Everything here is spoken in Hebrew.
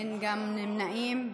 גם אין נמנעים.